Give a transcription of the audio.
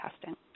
testing